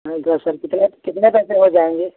अरे तो सर कितने कितने पैसे हो जाएंगे